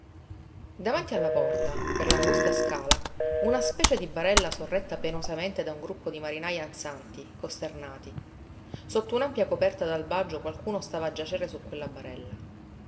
davanti alla porta per l'angusta scala una specie di barella sorretta penosamente da un gruppo di marinaj ansanti costernati sotto un'ampia coperta d'albagio qualcuno stava a giacere su quella barella